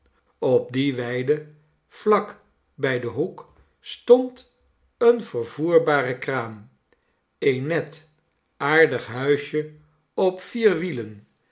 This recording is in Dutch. op die weide vlak bij den hoek stond eene vervoerbare kram een net aardighuisje op vier wielen